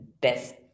best